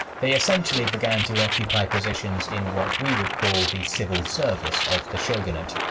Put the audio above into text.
they essentially began to occupy positions in what we would call the civil service of the shogunate.